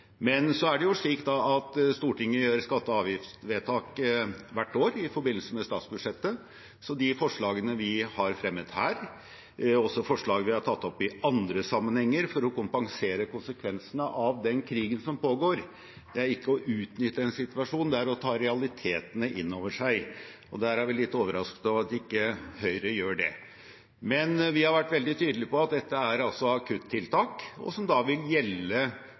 Så er det slik at Stortinget gjør skatte- og avgiftsvedtak hvert år i forbindelse med statsbudsjettet, så de forslagene vi har fremmet her, og også forslag vi har tatt opp i andre sammenhenger for å kompensere for konsekvensene av den krigen som pågår, er ikke å utnytte en situasjon, det er å ta realitetene inn over seg. Der er vi litt overrasket over at ikke Høyre gjør det. Men vi har vært veldig tydelig på at dette er akuttiltak som vil gjelde for 2022 og inntil Stortinget fatter nye vedtak, som